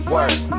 Work